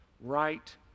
right